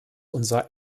unser